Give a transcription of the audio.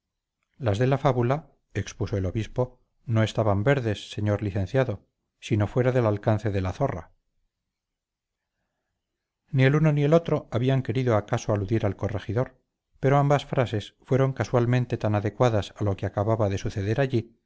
las de la fábula expuso el obispo no estaban verdes señor licenciado sino fuera del alcance de la zorra ni el uno ni el otro habían querido acaso aludir al corregidor pero ambas frases fueron casualmente tan adecuadas a lo que acababa de suceder allí